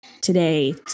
today